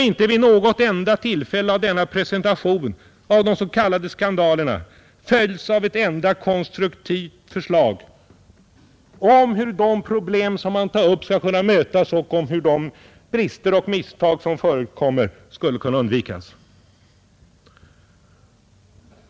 Inte vid någon presentation av en s.k. skandal har denna följts av ett enda konstruktivt förslag om hur de problem som han tar upp skulle kunna mötas och hur de brister och misstag, som förekommit, skulle kunna undvikas.